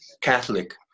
Catholic